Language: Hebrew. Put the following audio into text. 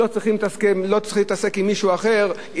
לא צריך להתעסק עם מישהו אחר,